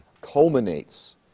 culminates